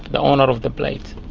the owner of the plate.